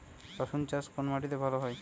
রুসুন চাষ কোন মাটিতে ভালো হয়?